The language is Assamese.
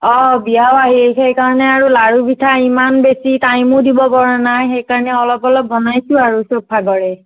বিয়াও আহি আছে সেইকাৰণে আৰু লাৰু পিঠা ইমান বেছি টাইমো দিব পৰা নাই সেইকাৰণে অলপ অলপ বনাইছোঁ আৰু চব ভাগৰে